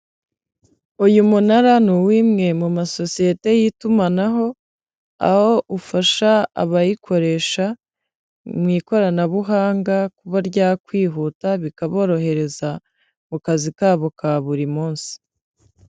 Uyu munara ni uw'imwe mu masosiyete y'itumanaho, aho ufasha abayikoresha mu ikoranabuhanga kuba rya kwihuta, bikaborohereza mu kazi kabo ka buri munsi.